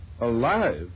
Alive